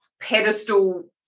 pedestal